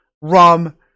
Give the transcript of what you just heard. rum